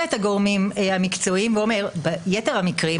את הגורמים המקצועיים ואומר שביתר המקרים,